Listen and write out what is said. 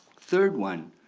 third one